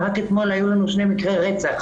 ורק אתמול היו לנו שני מקרי רצח.